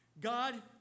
God